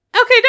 Okay